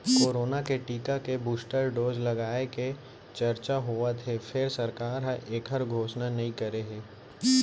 corona के टीका के बूस्टर डोज लगाए के चरचा होवत हे फेर सरकार ह एखर घोसना नइ करे हे